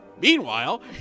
Meanwhile